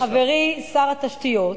והנה אתמול, חברי שר התשתיות,